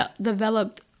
developed